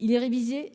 Il est révisé